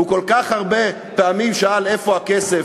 הוא כל כך הרבה פעמים שאל "איפה הכסף?"